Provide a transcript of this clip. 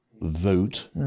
vote